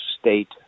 state